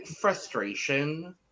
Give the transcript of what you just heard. frustration